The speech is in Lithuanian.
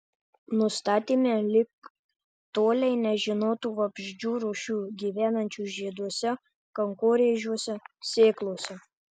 nustatėme lig tolei nežinotų vabzdžių rūšių gyvenančių žieduose kankorėžiuose sėklose